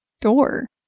door